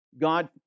God